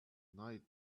night